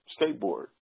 skateboard